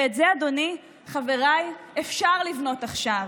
ואת זה, אדוני, חבריי, אפשר לבנות עכשיו.